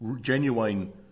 genuine